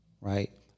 right